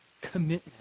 commitment